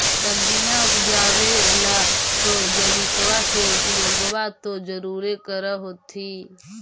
सब्जिया उपजाबे ला तो जैबिकबा के उपयोग्बा तो जरुरे कर होथिं?